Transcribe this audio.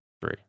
three